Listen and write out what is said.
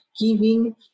giving